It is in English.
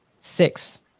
six